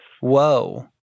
Whoa